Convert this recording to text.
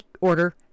order